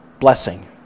Blessing